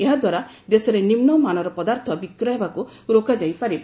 ଏହାଦ୍ୱାରା ଦେଶରେ ନିମ୍ମମାନର ପଦାର୍ଥ ବିକ୍ରୟ ହେବାକୁ ରୋକାଯାଇପାରିବ